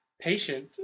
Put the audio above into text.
patient